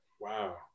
Wow